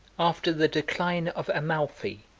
after the decline of amalphi,